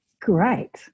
Great